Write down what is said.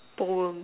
poem